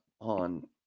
on